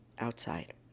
outside